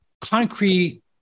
concrete